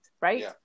right